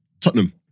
Tottenham